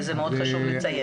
ואת זה מאוד חשוב לציין.